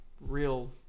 real